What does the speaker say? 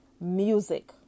music